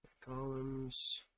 columns